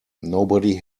nobody